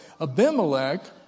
Abimelech